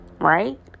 right